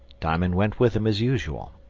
diamond went with him as usual.